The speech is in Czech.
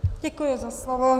Děkuji za slovo.